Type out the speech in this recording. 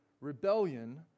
Rebellion